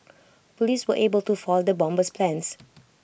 Police were able to foil the bomber's plans